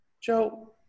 Joe